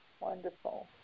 Wonderful